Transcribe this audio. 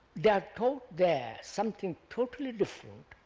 they are taught there something totally different